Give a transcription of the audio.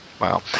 Wow